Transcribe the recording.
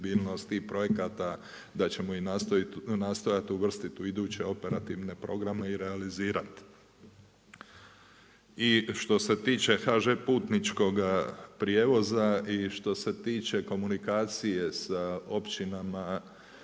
tih projekata da ćemo i nastojat uvrstit u iduće operativne programe i realizirat. I što se tiče HŽ Putničkoga prijevoza i što se tiče komunikacije sa općinama tu